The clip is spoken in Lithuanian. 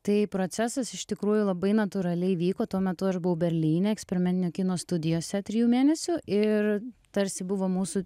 tai procesas iš tikrųjų labai natūraliai vyko tuo metu aš buvau berlyne eksperimentinio kino studijose trijų mėnesių ir tarsi buvo mūsų